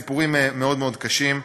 סיפורים מאוד מאוד קשים.